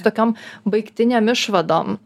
tokiom baigtinėm išvadom